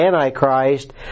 Antichrist